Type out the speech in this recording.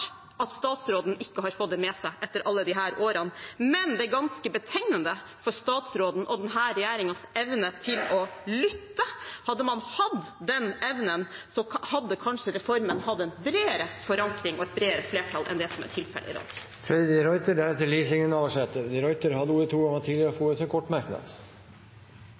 at statsråden ikke har fått det med seg etter alle disse årene, men det er ganske betegnende for statsråden og denne regjeringens evne til å lytte. Hadde man hatt den evnen, hadde kanskje reformen hatt en bredere forankring og et bredere flertall enn det som er tilfellet i dag. Representanten Freddy de Ruiter har hatt ordet to ganger tidligere og får ordet til en kort merknad,